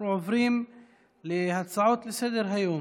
אנחנו עוברים להצעות לסדר-היום.